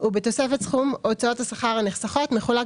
ובתוספת סכום הוצאות השכר הנחסכות מחולק